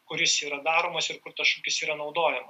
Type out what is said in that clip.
kuris yra daromas ir kur tas šūkis yra naudojamas